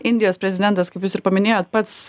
indijos prezidentas kaip jūs ir paminėjot pats